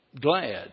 glad